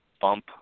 bump